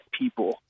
people